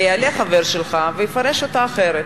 ויעלה חבר שלך ויפרש אותה אחרת,